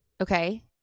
okay